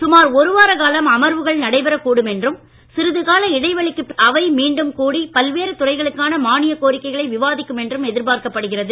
சுமார் ஒருவார காலம் அமர்வுகள் நடைபெறக் கூடும் என்றும் சிறிதுகால இடைவெளிக்குப் பின்னர் அவை மீண்டும் கூடி பல்வேறு துறைகளுக்கான மானியக் கோரிக்கைகளை விவாதிக்கும் என்றும் எதிர்பார்க்கப் படுகிறது